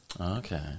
Okay